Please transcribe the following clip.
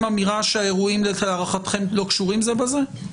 אמירה שהאירועים להערכתם לא קשורים זה בזה?